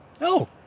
No